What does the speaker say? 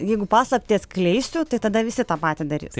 jeigu paslaptį atskleisiu tai tada visi tą patį darys